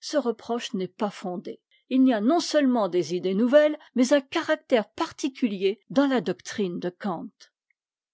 ce reproche n'est pas fondé il y a non seufement des idées nouvelles mais un caractère particulier dans la doctrine de kant